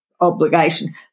obligation